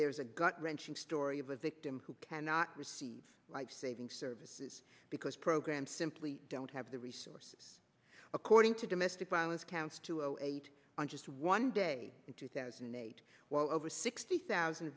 there is a gut wrenching story of a victim who cannot receive lifesaving services because program simply don't have the resources according to domestic violence counts to zero eight on just one day in two thousand and eight while over sixty thousand